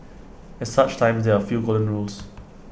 at such times there are A few golden rules